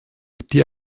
die